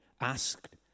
asked